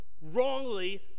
wrongly